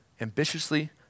Ambitiously